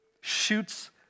shoots